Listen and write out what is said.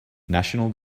national